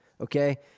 Okay